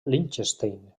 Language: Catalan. liechtenstein